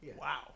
Wow